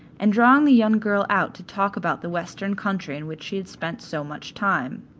and drawing the young girl out to talk about the western country in which she had spent so much time.